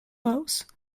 house